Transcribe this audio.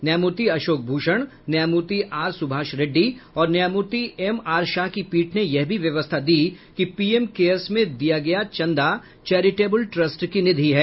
न्यायमूर्ति अशोक भूषण न्यायमूर्ति आर सुभाष रेडडी और न्यायमूर्ति एम आर शाह की पीठ ने यह भी व्यवस्था दी कि पीएम केयर्स में दिया गया चंदा चैरिटेबल ट्रस्ट की निधि है